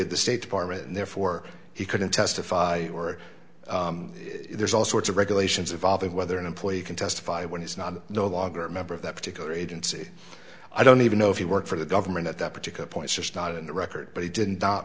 of the state department and therefore he couldn't testify or there's all sorts of regulations evolving whether an employee can testify when he's not no longer a member of that particular agency i don't even know if he worked for the government at that particular point just not in the record but he did